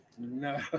no